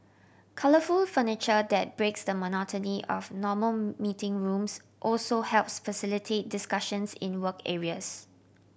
colourful furniture that breaks the monotony of normal meeting rooms also helps facilitate discussions in work areas